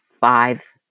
five